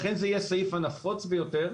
לכן זה יהיה הסעיף הנפוץ ביותר.